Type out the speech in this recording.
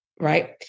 right